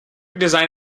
design